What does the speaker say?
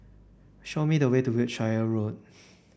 show me the way to Wiltshire Road